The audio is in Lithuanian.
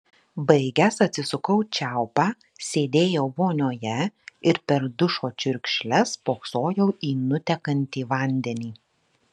baigęs atsisukau čiaupą sėdėjau vonioje ir per dušo čiurkšles spoksojau į nutekantį vandenį